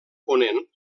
ponent